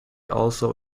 also